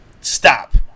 stop